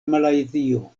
malajzio